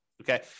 okay